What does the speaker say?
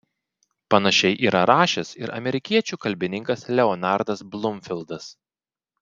panašiai yra rašęs ir amerikiečių kalbininkas leonardas blumfildas